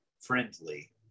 friendly